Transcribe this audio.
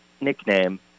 nickname